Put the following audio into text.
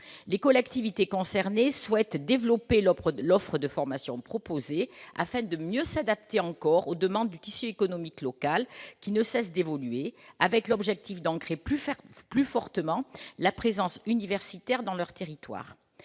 Les collectivités concernées souhaitent développer l'offre des formations proposées afin de mieux s'adapter encore aux demandes du tissu économique local, qui ne cessent d'évoluer, avec l'objectif d'ancrer plus fortement la présence universitaire dans leur territoire.